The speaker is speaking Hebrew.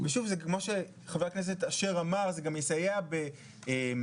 זה כמו שחה"כ אשר אמר, זה גם יסייע בביזור,